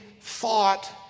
thought